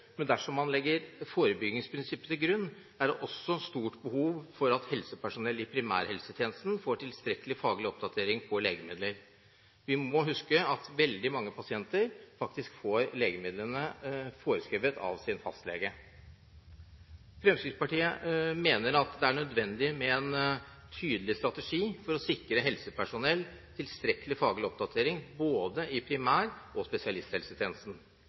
men dersom man legger forebyggingsprinsippet til grunn, er det også stort behov for at helsepersonell i primærhelsetjenesten får tilstrekkelig faglig oppdatering på legemidler. Vi må huske at veldig mange pasienter faktisk får legemidlene forskrevet av sin fastlege. Fremskrittspartiet mener at det er nødvendig med en tydelig strategi for å sikre helsepersonell tilstrekkelig faglig oppdatering i både primærhelsetjenesten og spesialisthelsetjenesten.